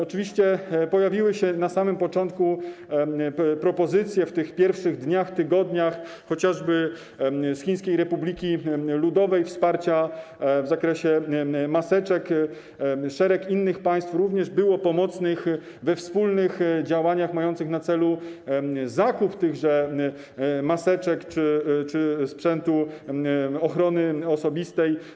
Oczywiście pojawiły się na samym początku, w tych pierwszych dniach, tygodniach, chociażby z Chińskiej Republiki Ludowej propozycje wsparcia w zakresie maseczek, szereg innych państw również było pomocnych we wspólnych działaniach mających na celu zakup tychże maseczek czy sprzętu ochrony osobistej.